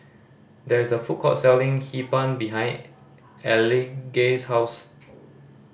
there is a food court selling Hee Pan behind Elige's house